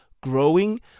growing